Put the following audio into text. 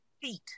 Feet